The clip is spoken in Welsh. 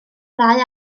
ddau